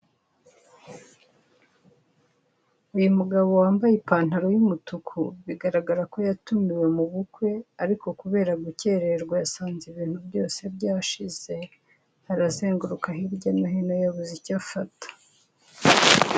Uyu mugabo wambaye ipantaro y'umutuku bigaragara ko yatumiwe mu bukwe ariko kubera gucyererwa asanze ibintu byose byashize, arazenguruka hirya no hino yabuze icyo afata.